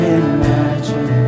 imagine